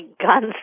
guns